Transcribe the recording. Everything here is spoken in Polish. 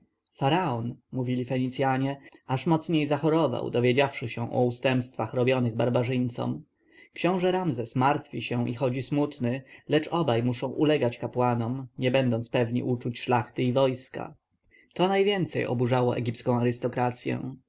mówili fenicjanie aż mocniej zachorował dowiedziawszy się o ustępstwach robionych barbarzyńcom książę ramzes martwi się i chodzi smutny lecz obaj muszą ulegać kapłanom nie będąc pewni uczuć szlachty i wojska to najwięcej oburzało egipską